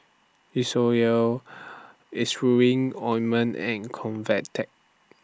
Ointment and Convatec